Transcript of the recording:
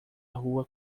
rua